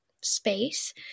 SPACE